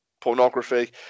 pornography